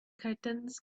curtains